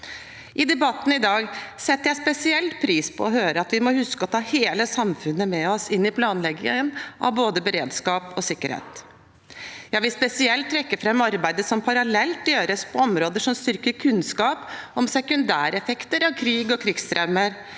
I debatten i dag setter jeg spesielt pris på å høre at vi må huske å ta hele samfunnet med oss inn i planleggingen av både beredskap og sikkerhet. Jeg vil spesielt trekke fram arbeidet som parallelt gjøres på områder som styrker kunnskap om sekundæreffekter av krig og krigstraumer,